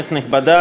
כנסת נכבדה,